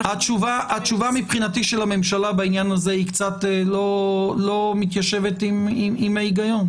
התשובה של הממשלה בעניין הזה היא קצת לא מתיישבת עם ההיגיון.